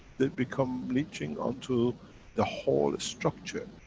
they become leeching onto the whole structure.